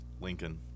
Lincoln